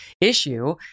issue